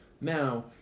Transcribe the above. Now